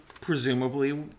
presumably